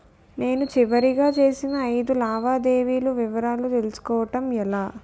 నేను చివరిగా చేసిన ఐదు లావాదేవీల వివరాలు తెలుసుకోవటం ఎలా?